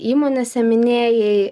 įmonėse minėjai